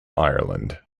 ireland